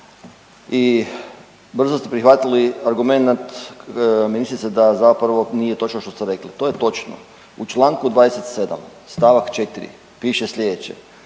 i brzo su prihvatili argumenat ministrice da zapravo nije točno što ste rekli. To je točno. U Članku 27. stavak 4. piše slijedeće.